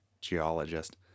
geologist